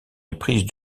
éprise